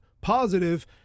positive